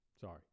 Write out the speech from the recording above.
sorry